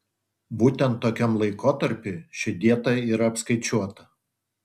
būtent tokiam laikotarpiui ši dieta ir apskaičiuota